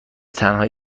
تنهایی